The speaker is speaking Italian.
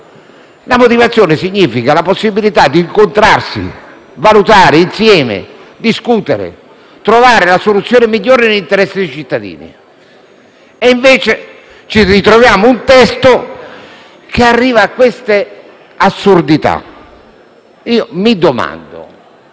una motivazione significa avere la possibilità di incontrarsi, valutare insieme, discutere, trovare la soluzione migliore nell'interesse dei cittadini. E invece ci ritroviamo un testo che arriva a queste assurdità. Nel caso